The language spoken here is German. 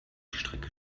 strecke